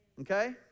Okay